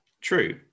True